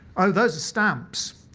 oh, those are stamps.